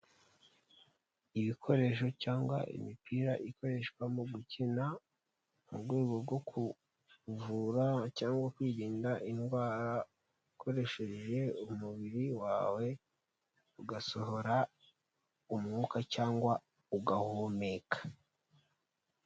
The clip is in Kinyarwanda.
Ibikoresho cyangwa imipira ikoreshwa mu gukina mu rwego rwo kuvura cyangwa kwirinda indwara ukoresheje umubiri wawe ugasohora umwuka cyangwa ugahumeka.